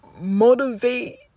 motivate